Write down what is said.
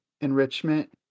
enrichment